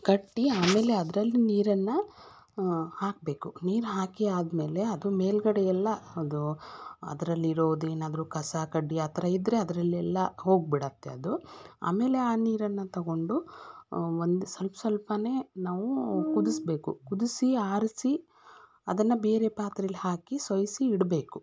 ಕಟ್ಟಿ ಆಮೇಲೆ ಅದರಲ್ಲಿ ನೀರನ್ನು ಹಾಕಬೇಕು ನೀರು ಹಾಕಿ ಆದಮೇಲೆ ಅದು ಮೇಲುಗಡೆ ಎಲ್ಲ ಅದು ಅದ್ರಲ್ಲಿರೋದು ಏನಾದ್ರೂ ಕಸ ಕಡ್ಡಿ ಆ ಥರ ಇದ್ದರೆ ಅದರಲ್ಲೆಲ್ಲ ಹೋಗಿಬಿಡುತ್ತೆ ಅದು ಆಮೇಲೆ ಆ ನೀರನ್ನು ತಗೊಂಡು ಒಂದು ಸ್ವಲ್ಪ ಸ್ವಲ್ಪನೇ ನಾವು ಕುದಿಸ್ಬೇಕು ಕುದಿಸಿ ಆರಿಸಿ ಅದನ್ನು ಬೇರೆ ಪಾತ್ರೇಲಿ ಹಾಕಿ ಸೋಸಿ ಇಡಬೇಕು